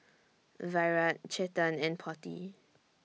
Virat Chetan and Potti